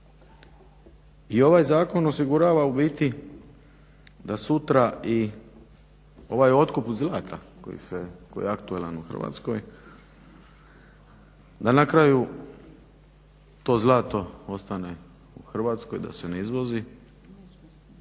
I ovaj zakon osigurava u biti da sutra i ovaj otkup zlata koji se, koji je aktualan u Hrvatskoj da na kraju to zlato ostane u Hrvatskoj, da se ne izvozi,